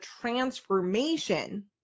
transformation